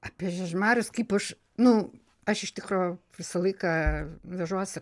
apie žiežmarius kaip aš nu aš iš tikro visą laiką vežuosi